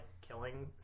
killing